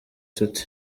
tuty